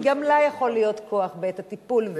כי גם לה יכול להיות כוח בעת הטיפול, בהחלט.